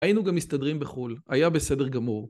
היינו גם מסתדרים בחו״ל. היה בסדר גמור